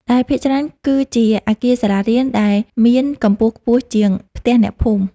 ដែលភាគច្រើនគឺជាអគារសាលារៀនដែលមានកម្ពស់ខ្ពស់ជាងផ្ទះអ្នកភូមិ។